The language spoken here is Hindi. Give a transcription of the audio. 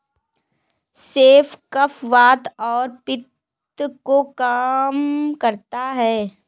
सेम कफ, वात और पित्त को कम करता है